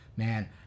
Man